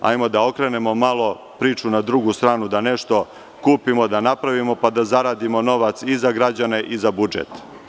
Hajde da okrenemo malo priču na drugu stranu, da nešto kupimo, da napravimo, pa da zaradimo novac i za građane i za budžet.